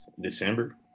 December